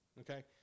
Okay